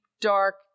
dark